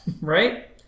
right